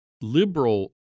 liberal